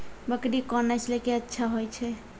बकरी कोन नस्ल के अच्छा होय छै?